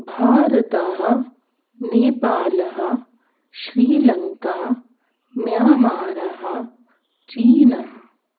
भारतः नेपालः श्रीलङ्का म्यामारः चीनः